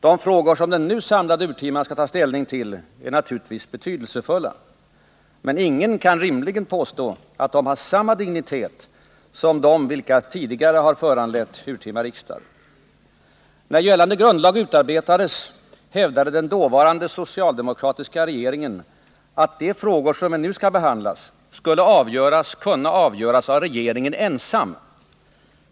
De frågor som den nu samlade urtiman skall ta ställning till är naturligtvis betydelsefulla, men ingen kan rimligen påstå att de har samma dignitet som de vilka tidigare föranlett urtima riksdagar. När gällande grundlag utarbetades hävdade den dåvarande socialdemokratiska regeringen att sådana frågor som de som vi nu skall behandla skulle kunna avgöras av regeringen ensam.